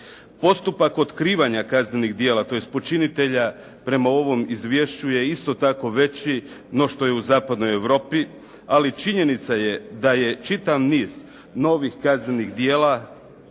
Postupak otkrivanja kaznenih djela, tj. počinitelja, prema ovom izvješću je isto tako veći no što je u zapadnoj Europi, ali činjenica je da je čitav niz novih kaznenih djela